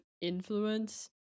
influence